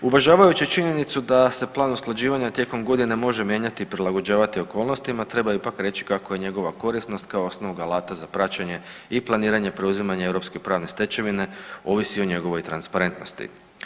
Uvažavajući činjenicu da se plan usklađivanja tijekom godine može mijenjati i prilagođavati okolnostima treba ipak reći kako njegova korisnost kao osnovnog alata za praćenje i planiranje preuzimanja europske pravne stečevine ovisi o njegovoj transparentnosti.